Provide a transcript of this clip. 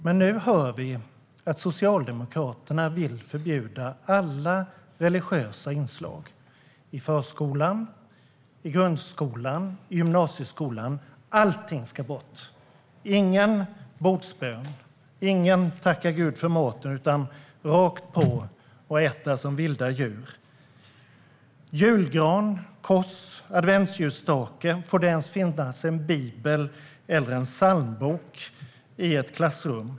Men nu hör vi att Socialdemokraterna vill förbjuda alla religiösa inslag i förskolan, i grundskolan och i gymnasieskolan. Allting ska bort. Det ska inte vara någon bordsbön. Man ska inte tacka Gud för maten, utan det ska bara vara rakt på och äta som vilda djur. Julgran, kors, adventsljusstake - får det ens finnas en bibel eller en psalmbok i ett klassrum?